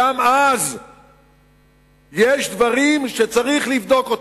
גם אז יש דברים שצריך לבדוק.